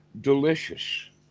delicious